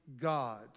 God